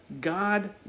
God